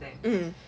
um